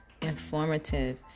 informative